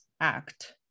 act